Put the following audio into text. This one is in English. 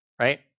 right